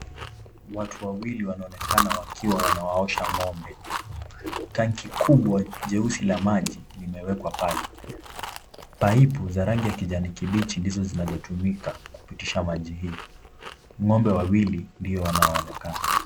Watu wawili wanaonekana wakiwa wanawaosha ng'ombe. Tanki kubwa jeusi la maji limewekwa pale. Paipu za rangi ya kijani kibichi ndizo zinazotumika kupitisha maji hii. Ng'ombe wawili ndio wanaoonekana.